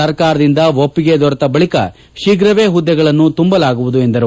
ಸರ್ಕಾರದಿಂದ ಒಪ್ಪಿಗೆ ದೊರೆತ ಬಳಕ ಶೀಘವೇ ಹುದ್ದೆಗಳನ್ನು ತುಂಬಲಾಗುವುದು ಎಂದರು